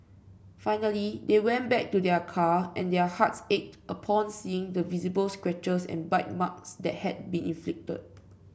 finally they went back to their car and their hearts ached upon seeing the visible scratches and bite marks that had been inflicted